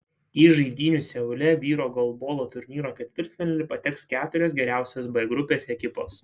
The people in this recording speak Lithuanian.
į žaidynių seule vyrų golbolo turnyro ketvirtfinalį pateks keturios geriausios b grupės ekipos